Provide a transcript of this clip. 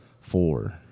four